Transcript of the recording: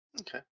Okay